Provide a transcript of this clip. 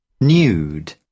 Nude